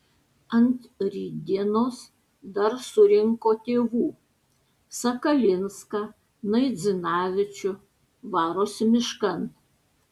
ant rytdienos dar surinko tėvų sakalinską naidzinavičių varosi miškan